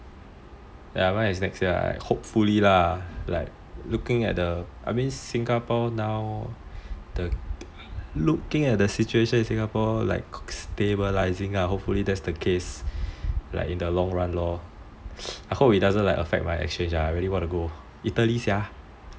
ya mine is next year hopefully lah like looking at the I mean singapore now the looking at the situation in singapore like stabilising lah like hopefully that's the case like in the long run lor I hope it doesn't affect my exchange ah I really want to go italy sia